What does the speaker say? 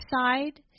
side